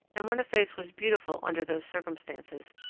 and when a face was beautiful under those circumstances,